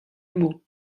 mot